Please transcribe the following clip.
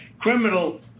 criminal